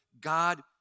God